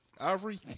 Ivory